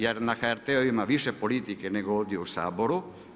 Jer na HRT-u ima više politike nego ovdje u Saboru.